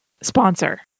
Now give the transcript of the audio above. sponsor